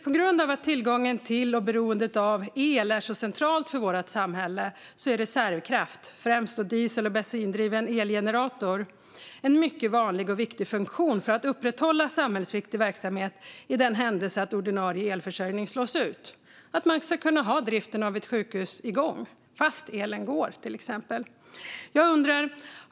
På grund av att tillgången till och beroendet av el är så centralt för vårt samhälle är reservkraft, främst via diesel eller bensindrivna elgeneratorer, en mycket vanlig och viktig funktion för att upprätthålla samhällsviktig verksamhet i den händelse att ordinarie elförsörjning slås ut. Man ska till exempel kunna ha driften av ett sjukhus igång även om elen har gått.